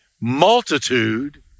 multitude